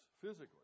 physically